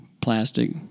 plastic